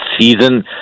season